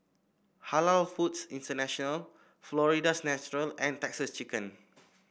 Halal Foods International Florida's Natural and Texas Chicken